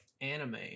anime